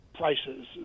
prices